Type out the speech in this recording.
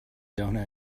doughnut